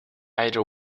either